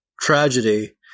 tragedy